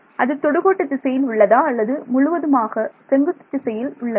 அது தொடுகோட்டு திசையில் உள்ளதா அல்லது முழுவதுமாக செங்குத்து திசையில் உள்ளதா